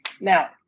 Now